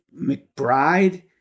McBride